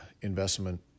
investment